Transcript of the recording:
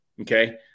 okay